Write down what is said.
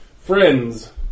Friends